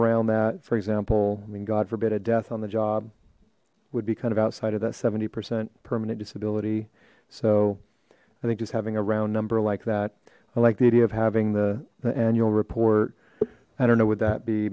around that for example i mean god forbid a death on the job would be kind of outside of that seventy percent permanent disability so i think just having a round number like that i like the idea of having the annual report i don't know would that be